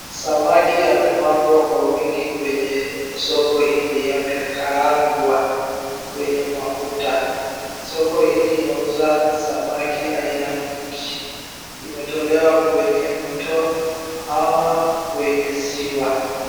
Samaki amepangwa kwa wingi kwenye soko hili. Amekaaangwa kwenye mafuta. Soko hili linauza samaki aina mingi. Imetolewa kwenye mto ama kwenye ziwa.